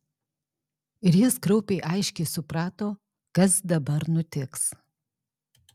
ir jis kraupiai aiškiai suprato kas dabar nutiks